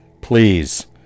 please